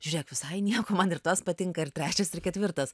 žiūrėk visai nieko man ir tas patinka ir trečias ir ketvirtas